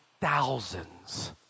thousands